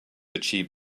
achieve